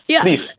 Please